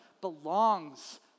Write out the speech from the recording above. belongs